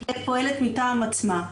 היא לא פועלת מטעם עצמה,